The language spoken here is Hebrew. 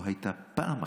לא הייתה פעם אחת,